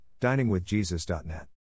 diningwithjesus.net